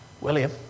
William